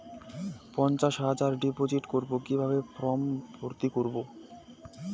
পঞ্চাশ হাজার ডিপোজিট করবো কিভাবে ফর্ম ভর্তি করবো?